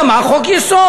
אלא מה, חוק-יסוד.